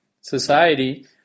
society